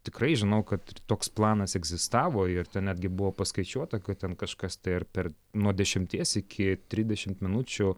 tikrai žinau kad toks planas egzistavo ir ten netgi buvo paskaičiuota kad ten kažkas tai ar per nuo dešimties iki trisdešimt minučių